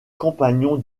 compagnons